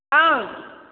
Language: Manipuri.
ꯑꯪ